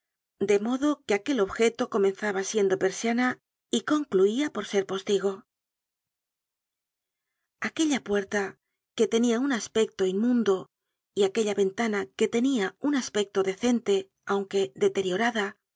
de modo que aquel objeto comenzaba siendo persiana y concluía por ser postigo aquella puerta que tenia un aspecto inmundo y aquella ventana que tenia un aspecto decente aunque deteriorada